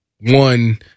one